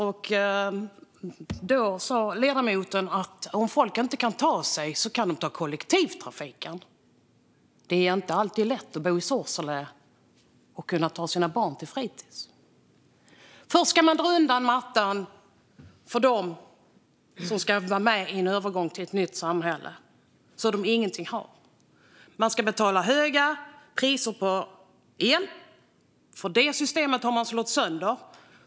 Då sa ledamoten att folk som ska ta sig någonstans kan ta kollektivtrafiken. Men det är inte alltid lätt att bo i Sorsele och ta sina barn till fritids. Mattan dras undan för dem som ska vara med i en övergång till ett nytt samhälle, så att de ingenting har. Man ska betala höga priser på el, för det systemet har slagits sönder.